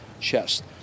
chest